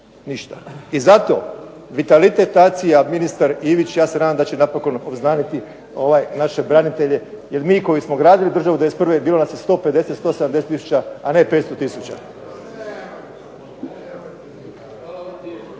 ništa. I zato viteliteacija ministar Ivić ja se nadam da će napokon obznaniti ove naše branitelje, jer mi koji smo gradili državu '91. bilo nas je 150, 170 tisuća a ne 500 tisuća.